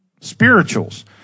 spirituals